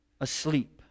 asleep